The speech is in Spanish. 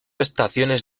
estaciones